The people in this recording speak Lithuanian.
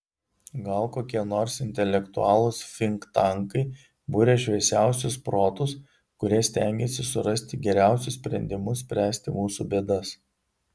gal kokie nors intelektualūs finktankai buria šviesiausius protus kurie stengiasi surasti geriausius sprendimus spręsti mūsų bėdas